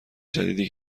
جدیدی